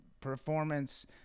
performance